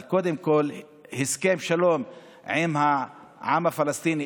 אבל קודם כול הסכם שלום עם העם הפלסטיני,